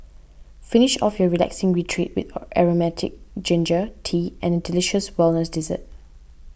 finish off your relaxing retreat with aromatic ginger tea and a delicious wellness dessert